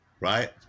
Right